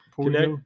Connect